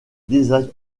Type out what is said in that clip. design